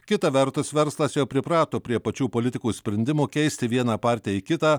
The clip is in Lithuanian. kita vertus verslas jau priprato prie pačių politikų sprendimų keisti vieną partiją į kitą